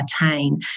attain